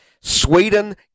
Sweden